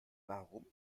warum